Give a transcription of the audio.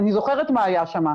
אני זוכרת מה שהיה שם,